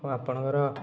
ହଁ ଆପଣଙ୍କର